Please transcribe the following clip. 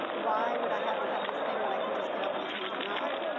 why would i have to have this thing, when i can just get up and change a knob?